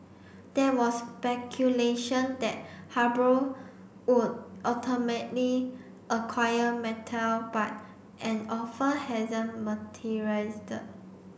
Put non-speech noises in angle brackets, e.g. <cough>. there was speculation that <unintelligible> would ultimately acquire Mattel but an offer hasn't materialised